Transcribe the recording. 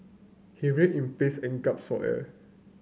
he writhed in pains and for air